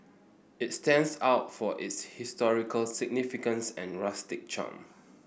it stands out for its historical significance and rustic charm